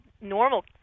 normal